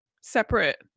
separate